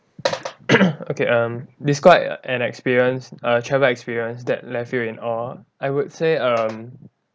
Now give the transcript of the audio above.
okay um describe an experience a travel experience that left you in awe I would say um